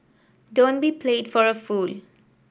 don't be played for a fool